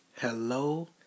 Hello